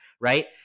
right